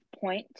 point